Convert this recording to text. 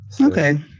Okay